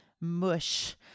mush